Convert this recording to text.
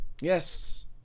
Yes